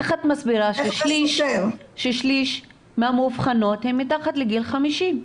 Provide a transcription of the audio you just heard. איך את מסבירה ששליש מהמאובחנות הן מתחת לגיל 50?